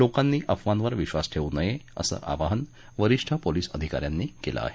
लोकांनी अफवांवर विश्वास ठेवू नये असं आवाहन वरीष्ठ पोलीस अधिकाऱ्यांनी केलं आहे